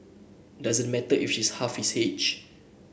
doesn't matter if she's half his age